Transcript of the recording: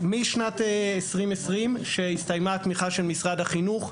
משנת 2020 כשהסתיימה התמיכה של משרד החינוך,